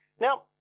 Now